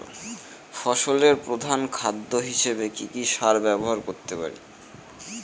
ফসলের প্রধান খাদ্য হিসেবে কি কি সার ব্যবহার করতে পারি?